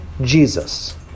Jesus